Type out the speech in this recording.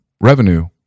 revenue